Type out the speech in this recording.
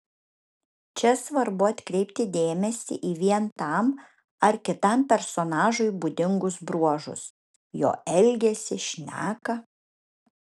čia svarbu atkreipti dėmesį į vien tam ar kitam personažui būdingus bruožus jo elgesį šneką